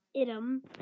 item